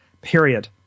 period